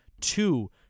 two